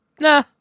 nah